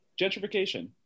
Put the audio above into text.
gentrification